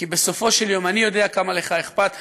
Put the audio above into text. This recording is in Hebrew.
כי בסופו של יום אני יודע כמה לך אכפת מהאזרחים.